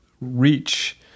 reach